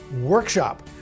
workshop